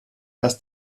dass